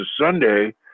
Sunday